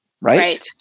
Right